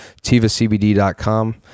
tivacbd.com